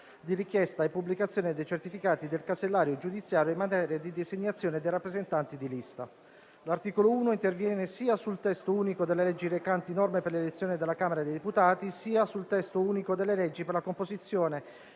di richiesta e pubblicazione dei certificati del casellario giudiziario e in materia di designazione dei rappresentanti di lista. L'articolo 1 interviene sia sul testo unico delle leggi recanti norme per l'elezione della Camera dei deputati, sia sul testo unico delle leggi per la composizione